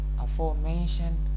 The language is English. aforementioned